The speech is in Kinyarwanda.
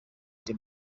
the